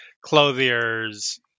clothiers